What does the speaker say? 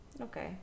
Okay